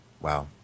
Wow